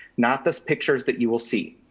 not this pictures that you will see.